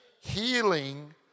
healing